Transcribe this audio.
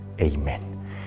Amen